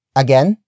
again